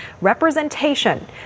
representation